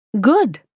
Good